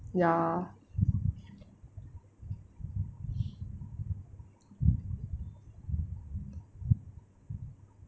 ya